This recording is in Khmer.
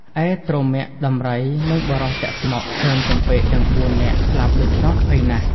ឯទ្រមាក់ដំរីនិងបុរសចាក់ស្មុគ ឃើញទំពែកទាំង ៤ នាក់ស្លាប់ដូច្នោះ ភ័យណាស់